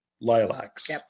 lilacs